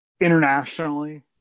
internationally